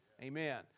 Amen